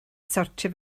sortio